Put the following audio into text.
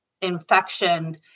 infection